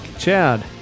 Chad